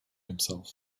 himself